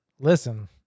Listen